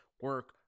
Work